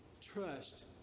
Trust